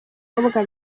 umukobwa